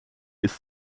ist